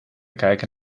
kijken